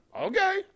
okay